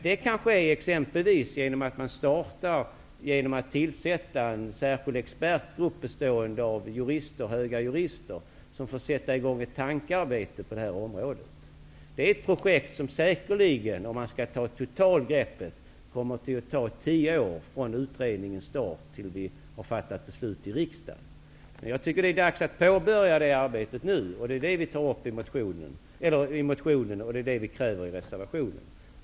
Det kan ske exempelvis genom att man tillsätter en särskild expertgrupp, bestående av höga jurister, som får sätta i gång ett tankearbete på det här området. Det är ett projekt som säkerligen, om man skall ta ett totalgrepp, kommer att ta tio år från det att utredningen tillsätts till dess vi har fattat beslut i riksdagen. Det är dags att påbörja det arbetet nu, och det är det vi kräver i motionen och i reservationen.